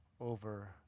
over